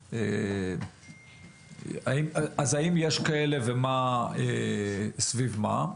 האם יש כאלה וסביב מה?